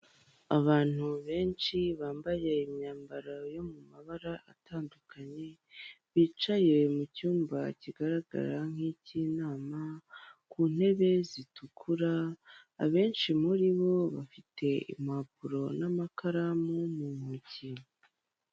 Abantu benshi bambaye imyambaro yo mu mabara atandukanye, bicaye mu cyumba kigaragara nk'icy'inama ku ntebe zitukura, abenshi muri bo bafite impapuro n'amakaramu mu ntoki.